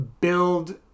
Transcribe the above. build